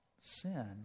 sin